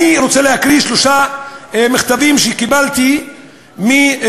אני רוצה להקריא שלושה מכתבים שקיבלתי מבדואים: